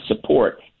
support